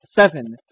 seven